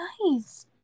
nice